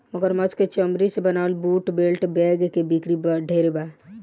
मगरमच्छ के चमरी से बनावल बूट, बेल्ट, बैग के बिक्री ढेरे बा